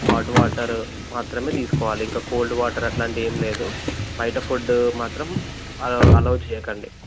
hot water మాత్రమే తీసుకోవాలి ఇంకా కోల్డ్ వాటర్ అట్లాంటివి ఏం లేదు బయట ఫుడ్ మాత్రం అలౌ అలౌ చేయకండి